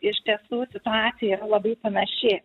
iš tiesų situacija yra labai panaši